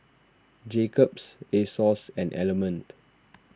Jacob's Asos and Element